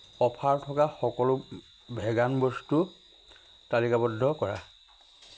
offer থকা সকলো vegan বস্তু তালিকাবদ্ধ কৰা